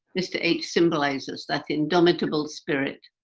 mr h symbolizes that indomitable spirit.